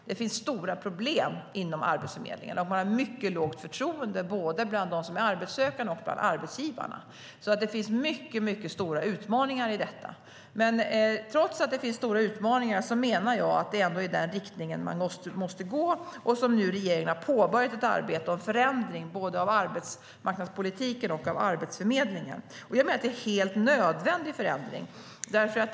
Det finns stora problem inom Arbetsförmedlingen, och förtroendet är mycket lågt både bland dem som är arbetssökande och bland arbetsgivarna. Det finns alltså mycket stora utmaningar i detta. Men trots att det finns stora utmaningar menar jag att det är i den riktningen man måste gå. Regeringen har nu påbörjat ett arbete om förändring av både arbetsmarknadspolitiken och Arbetsförmedlingen.Jag menar att detta är en helt nödvändig förändring.